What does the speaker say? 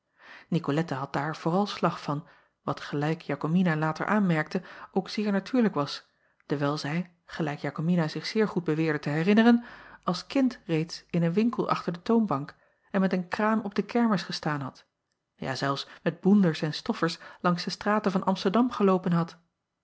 icolette had daar vooral slag van wat gelijk akomina later aanmerkte ook zeer natuurlijk was dewijl zij gelijk akomina zich zeer goed beweerde te herinneren als kind reeds in een winkel achter de toonbank en met een kraam op de kermis gestaan had ja zelfs met boenders en stoffers langs de straten van msterdam geloopen had